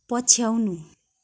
पछ्याउनु